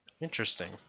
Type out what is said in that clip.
Interesting